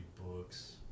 books